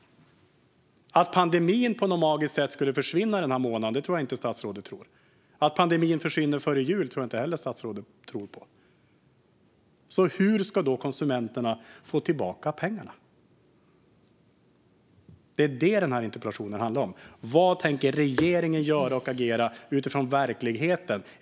Att pandemin på något magiskt sätt skulle försvinna den här månaden tror jag inte att statsrådet tror. Att pandemin försvinner före jul tror jag inte heller att statsrådet tror. Så hur ska konsumenterna få tillbaka pengarna? Det är det interpellationen handlar om. Vad tänker regeringen göra utifrån hur verkligheten ser ut?